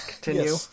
Continue